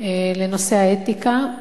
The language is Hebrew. לנושא האתיקה,